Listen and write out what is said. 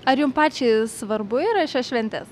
ar jum pačiai svarbu yra šios šventės